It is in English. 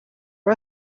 are